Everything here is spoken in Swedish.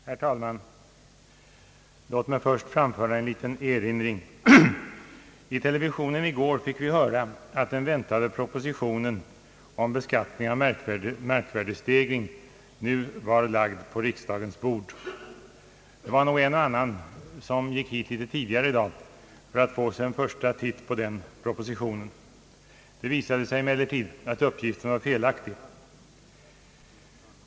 Herr talman! Låt mig först framföra en erinran. I televisionen i går fick vi höra att den väntade propositionen om beskattning av markvärdestegring nu var lagd på riksdagens bord. Det var nog en och annan som gick hit litet tidigare i dag för att få sig en första titt på den propositionen. Det visade sig emellertid att uppgiften var felaktig.